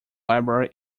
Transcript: library